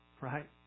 Right